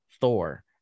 Thor